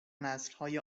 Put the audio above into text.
نسلهای